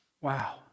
wow